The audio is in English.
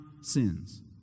sins